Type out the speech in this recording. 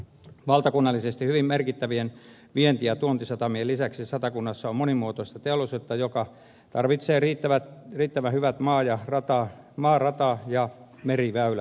valtakunnallisesti hyvin merkittävien vienti ja tuontisatamien lisäksi satakunnassa on monimuotoista teollisuutta joka tarvitsee riittävän hyvät maa rata ja meriväylät